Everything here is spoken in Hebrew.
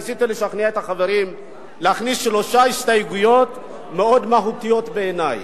ניסיתי לשכנע את החברים להכניס שלוש הסתייגויות מאוד מהותיות בעיני.